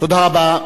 תודה רבה.